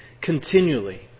continually